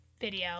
video